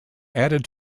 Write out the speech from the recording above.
added